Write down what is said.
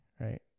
right